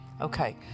Okay